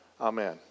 Amen